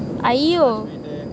!aiyo!